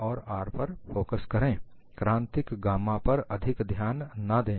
और R पर focus करें क्रांतिक गामा पर अधिक ध्यान ना दें